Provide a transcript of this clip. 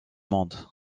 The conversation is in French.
monde